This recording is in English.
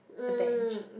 the bench